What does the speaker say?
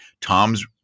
Tom's